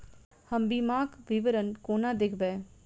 हम बीमाक विवरण कोना देखबै?